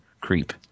creep